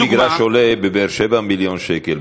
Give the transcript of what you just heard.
אם מגרש עולה בבאר שבע מיליון שקל,